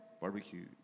Barbecue